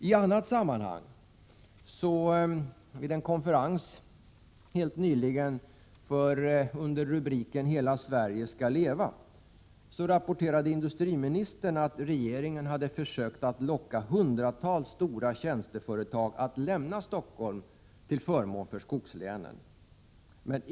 I annat sammanhang, vid en konferens helt nyligen över ämnet ”Hela Sverige skall leva” rapporterade industriministern att regeringen försökt locka hundratals stora tjänsteföretag att lämna Stockholm till förmån för skogslänen.